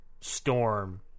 Storm